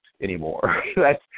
anymore